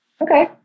Okay